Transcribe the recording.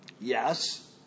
Yes